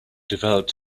developed